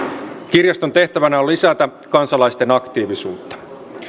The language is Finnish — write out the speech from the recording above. kirjaston tehtävänä on lisätä kansalaisten aktiivisuutta